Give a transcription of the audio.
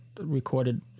recorded